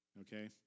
okay